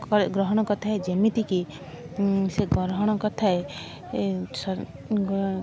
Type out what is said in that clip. କଳେ ଗ୍ରହଣ କରିଥାଏ ଯେମିତିକି ସେ ଗ୍ରହଣ କରିଥାଏ ଏ ସ ଗ